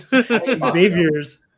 Xavier's